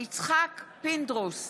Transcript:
יצחק פינדרוס,